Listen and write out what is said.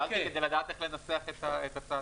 שאלתי כדי לדעת איך לנסח את הצעת החוק.